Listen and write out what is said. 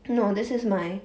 no this is my